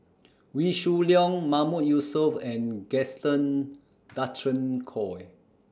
Wee Shoo Leong Mahmood Yusof and Gaston Dutronquoy